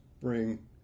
bring